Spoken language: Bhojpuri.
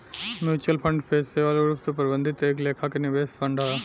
म्यूच्यूअल फंड पेशेवर रूप से प्रबंधित एक लेखा के निवेश फंड हा